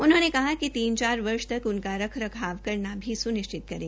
उन्होंने कहा कि तीन चार वर्ष त उसका रख रखाव करना भी स्निश्चित करें